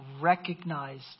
recognized